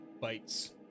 bites